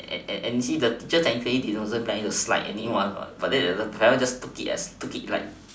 and see the teacher actually they don't plan to slight anyone what but then the parent just took it like